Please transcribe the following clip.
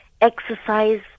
Exercise